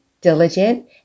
diligent